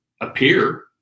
appear